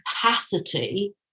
capacity